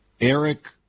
Eric